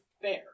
fair